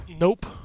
Nope